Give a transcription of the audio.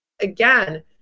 again